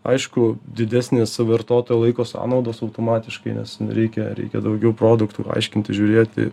aišku didesnės vartotojo laiko sąnaudos automatiškai nes reikia reikia daugiau produktų aiškintis žiūrėti